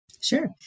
Sure